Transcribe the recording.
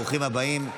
ברוכים הבאים.